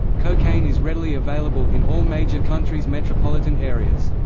cocaine is readily available in all major countries' metropolitan areas.